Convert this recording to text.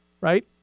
right